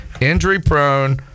injury-prone